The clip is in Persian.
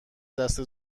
دست